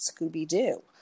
Scooby-Doo